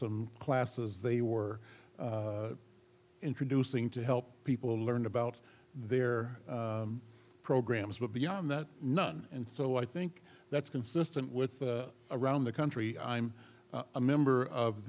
some classes they were introducing to help people learn about their programs but beyond that none and so i think that's consistent with around the country i'm a member of